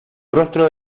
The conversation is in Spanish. rostro